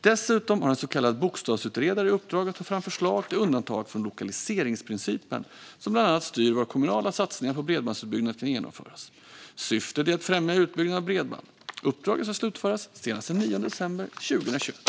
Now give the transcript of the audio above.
Dessutom har en så kallad bokstavsutredare i uppdrag att ta fram förslag till undantag från lokaliseringsprincipen, som bland annat styr var kommunala satsningar på bredbandsutbyggnad kan genomföras. Syftet är att främja utbyggnaden av bredband. Uppdraget ska slutföras senast den 9 december 2021.